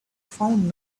found